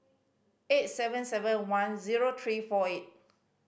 eight seven seven one zero three four eight